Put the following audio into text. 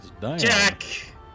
Jack